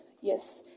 Yes